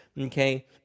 Okay